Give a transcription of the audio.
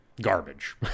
garbage